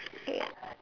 ya